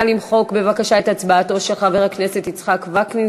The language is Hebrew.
נא למחוק את הצבעתו של חבר הכנסת יצחק וקנין,